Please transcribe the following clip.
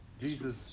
Jesus